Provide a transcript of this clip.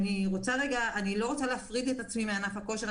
אני לא רוצה להפריד את עצמי מענף הכושר,